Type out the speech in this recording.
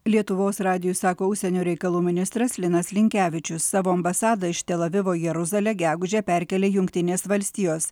lietuvos radijui sako užsienio reikalų ministras linas linkevičius savo ambasadą iš tel avivo į jeruzalę gegužę perkelė jungtinės valstijos